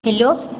hello